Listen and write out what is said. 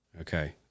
Okay